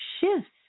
shifts